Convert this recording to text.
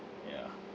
ya